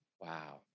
Wow